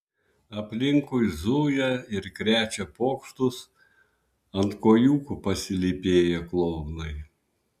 aplinkui zuja ir krečia pokštus ant kojūkų pasilypėję klounai